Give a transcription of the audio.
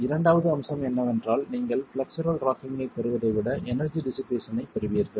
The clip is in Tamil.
இரண்டாவது அம்சம் என்னவென்றால் நீங்கள் ஃப்ளெக்சுரல் ராக்கிங்கிற்குப் பெறுவதை விட எனர்ஜி டிசிபேசனைப் பெறுவீர்கள்